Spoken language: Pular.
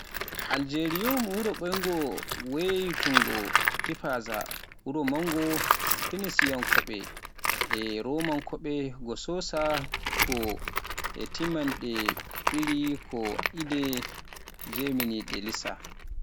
Aljeriyaun wuro ɓooyngo wiyeteengo Tipaza, wuro mawngo Fenisiyankooɓe e Roomnaaɓe, ngo sosaa ko e teeminannde ɓiire jeewi ko adii jibineede Iisaa